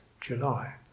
July